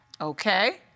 Okay